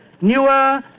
newer